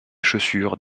chaussures